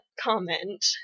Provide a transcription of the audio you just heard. comment